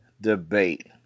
debate